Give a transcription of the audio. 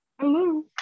Hello